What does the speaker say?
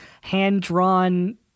hand-drawn